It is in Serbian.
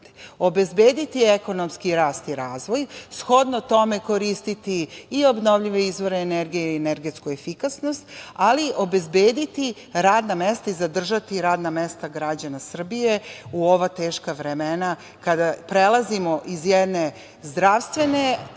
obezbediti ekonomski rast i razvoj, shodno tome koristiti i obnovljive izvore energije i energetsku efikasnost, ali obezbediti radna mesta i zadržati radna mesta građana Srbije u ova teška vremena, kada prelazimo iz jedne zdravstvene